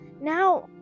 Now